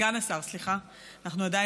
אתם זוכרים